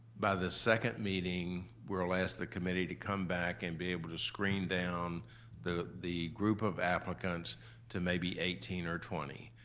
by the second meeting, we'll ask the committee to come back and be able to screen down the the group of applicants to maybe eighteen or twenty.